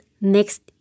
next